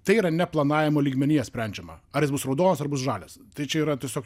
tai yra ne planavimo lygmenyje sprendžiama ar jis bus raudonas ar bus žalias tai čia yra tiesiog